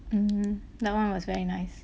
mm that one was very nice